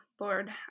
Lord